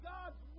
God's